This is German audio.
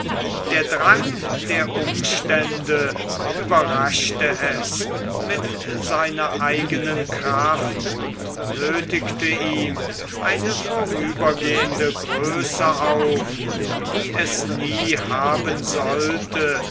der drang der umstände überraschte es mit seiner eigenen kraft und nöthigte ihm eine vorübergehende größe auf die es nie haben sollte